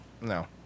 No